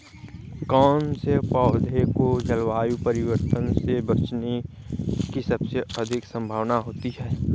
कौन से पौधे को जलवायु परिवर्तन से बचने की सबसे अधिक संभावना होती है?